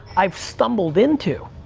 i've stumbled into,